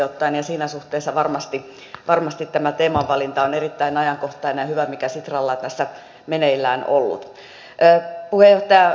siinä suhteessa varmasti tämä teemavalinta on erittäin ajankohtainen ja hyvä mikä sitralla on tässä meneillään ollut